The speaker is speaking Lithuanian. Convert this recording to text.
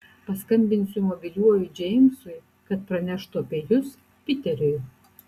paskambinsiu mobiliuoju džeimsui kad praneštų apie jus piteriui